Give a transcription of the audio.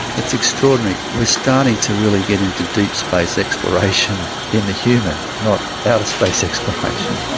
it's extraordinary. we're starting to really get into deep space exploration in the human, not outer space exploration.